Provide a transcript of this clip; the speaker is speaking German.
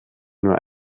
nur